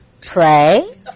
pray